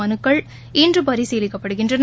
மலுக்கள் இன்று பரிசீலிக்கப்படுகின்றன